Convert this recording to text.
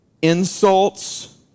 insults